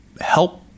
help